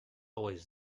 always